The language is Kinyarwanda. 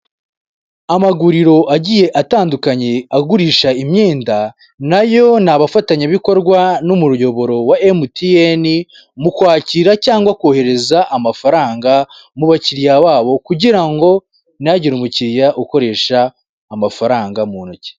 Amaguriro agiye atandukanye agurisha imyenda na yo ni abafatanyabikorwa n'umuyoboro wa emutiyeni, mu kwakira cyangwa kohereza amafaranga mu bakiliya babo kugira ngo ntihagire umukiliya ukoresha amafaranga mu ntoki.